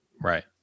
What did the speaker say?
Right